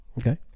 Okay